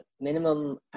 minimum